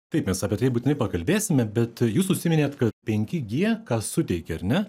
taip mes apie tai būtinai pakalbėsime bet jūs užsiminėt kad penki gie ką suteikia ar ne